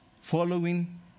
following